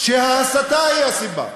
שההסתה היא הסיבה.